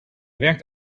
werkt